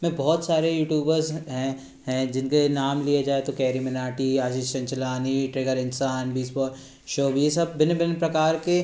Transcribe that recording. में बहुत सारे यूटूबर्स हैं हैं जिनके नाम लिए जाए तो CarryMinati Ashish Chanchlani trigger Insaan beast boy Shub ये सब भिन्न भिन्न प्रकार के